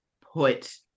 put